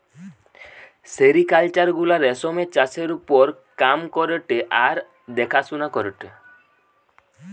sericulture গুলা রেশমের চাষের ওপর কাম করেটে আর দেখাশোনা করেটে